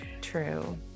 True